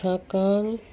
छाकाणि